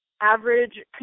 average